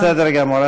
בסדר גמור.